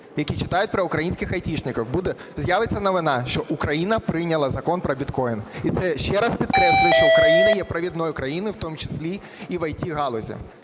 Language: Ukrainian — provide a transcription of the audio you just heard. які читають про українських айтішників, з'явиться новина, що Україна прийняла Закон про біткоїн. І це ще раз підкреслює, що Україна є провідною країною в тому числі і в ІТ-галузі.